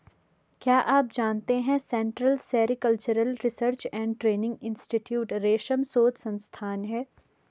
क्या आप जानते है central sericultural research and training institute रेशम शोध संस्थान है?